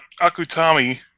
Akutami